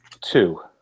Two